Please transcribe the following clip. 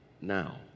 now